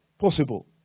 possible